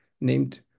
named